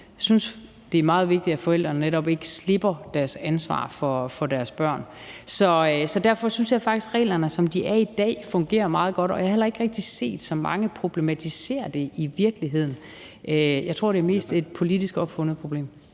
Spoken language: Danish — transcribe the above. Jeg synes, det er meget vigtigt, at forældrene netop ikke giver slip på deres ansvar for deres børn. Så derfor synes jeg faktisk, at reglerne, som de er i dag, fungerer meget godt, og jeg har i virkeligheden heller ikke rigtig set så mange problematisere det. Jeg tror, at det mest er et politisk opfundet problemet.